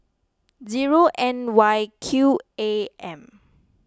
zero N Y Q A M